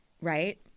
right